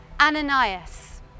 Ananias